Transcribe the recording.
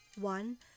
One